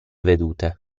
vedute